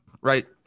right